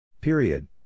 Period